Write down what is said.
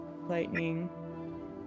lightning